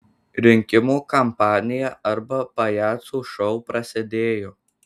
rinkimų kampanija arba pajacų šou prasidėjo